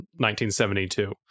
1972